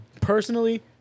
Personally